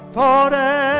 forever